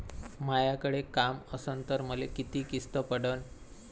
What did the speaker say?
मायाकडे काम असन तर मले किती किस्त पडन?